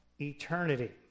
eternity